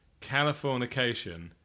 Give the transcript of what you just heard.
Californication